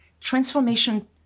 transformation